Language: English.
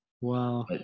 Wow